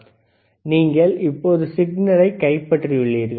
எனவே நீங்கள் இப்போது சிக்னலைக் கைப்பற்றியுள்ளீர்கள்